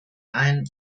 ein